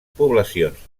poblacions